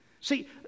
see